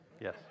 yes